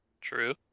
true